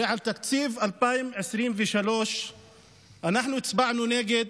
הרי על תקציב 2023 אנחנו הצבענו נגד